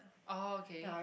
oh okay